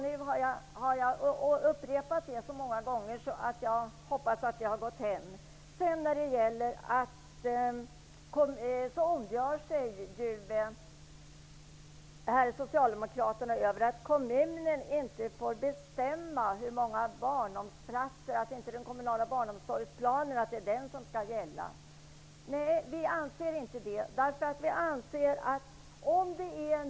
Nu har jag upprepat detta så många gånger att jag hoppas att det har gått hem. Socialdemokraterna ondgör sig över att kommunen inte får bestämma hur många barnomsorgsplatser som skall finnas och över att den kommunala barnomsorgsplanen inte skall gälla. Vi håller inte med dem.